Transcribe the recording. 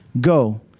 go